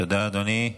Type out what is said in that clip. תודה, אדוני.